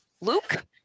Luke